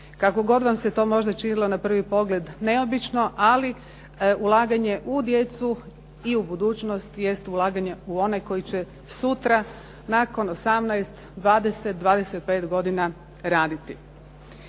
Kako god vam se to možda činilo na prvi pogled neobično ali ulaganje u djecu i u budućnost jest ulaganje u one koji će sutra nakon 18, 20, 25 godina raditi.